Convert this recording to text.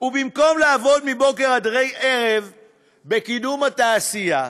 ובמקום לעבוד מבוקר ועד ערב בקידום התעשייה,